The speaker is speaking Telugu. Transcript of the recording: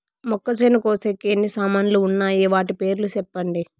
మొక్కచేను కోసేకి ఎన్ని సామాన్లు వున్నాయి? వాటి పేర్లు సెప్పండి?